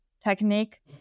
technique